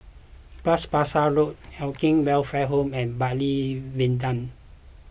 Bras Basah Road Acacia Welfare Home and Bartley Viaduct